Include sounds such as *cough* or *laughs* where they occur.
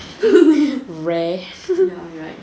*laughs* ya right